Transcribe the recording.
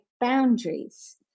boundaries